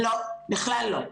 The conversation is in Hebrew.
בכלל לא.